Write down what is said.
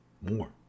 more